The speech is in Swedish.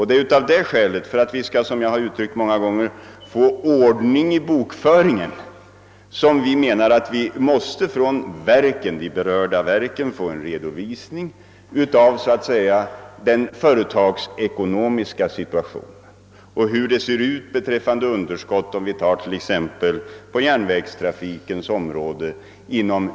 Det är av det skälet — för att vi skall få »ordning i bokföringen» — som vi anser att vi av de berörda verken måste få en redovisning av det företagsekonomiska utfallet av transporttjänsterna. Vi bör också få veta vilka underskott som finns på t.ex. olika delar av vårt järnvägsnät.